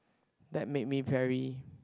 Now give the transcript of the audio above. that made me very